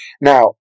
Now